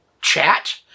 chat